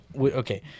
Okay